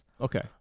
Okay